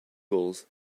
gulls